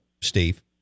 Steve